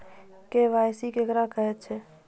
KYC केकरा कहैत छै?